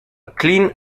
clean